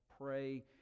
pray